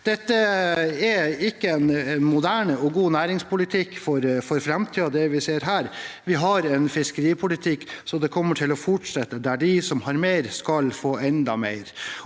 her, er ikke en moderne og god næringspolitikk for framtiden. Vi har en fiskeripolitikk der det kommer til å fortsette at de som har mer, skal få enda mer.